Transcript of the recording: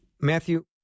Matthew